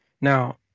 now